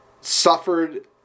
suffered